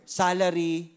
salary